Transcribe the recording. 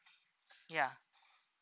ya